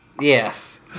Yes